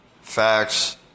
facts